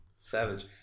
savage